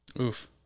Oof